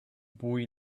boy